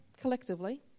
collectively